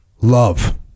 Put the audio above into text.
love